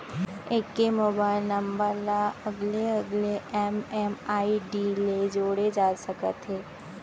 एके mobile number ल अलगे अलगे एम.एम.आई.डी ले जोड़े जा सकत हे